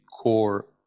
core